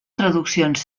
traduccions